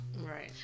Right